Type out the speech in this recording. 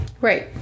Right